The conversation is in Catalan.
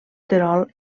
terol